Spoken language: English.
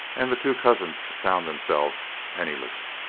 and the two cousins found themselves penniless.